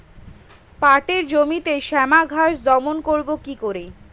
পাটের জমিতে শ্যামা ঘাস দমন করবো কি করে?